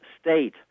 state